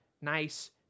nice